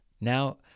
Now